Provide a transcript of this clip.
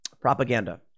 Propaganda